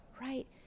right